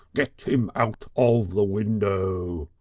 get him out of the window.